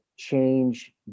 change